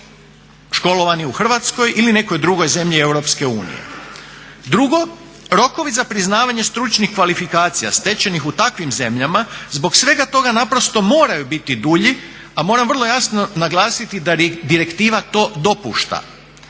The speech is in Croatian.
školovani u Hrvatskoj ili nekoj drugoj zemlji Europske unije. Drugo, rokovi za priznavanje stručnih kvalifikacija stečenih u takvim zemljama zbog svega toga naprosto moraju biti dulji, a moram vrlo jasno naglasiti da direktiva to dopušta.